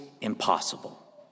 impossible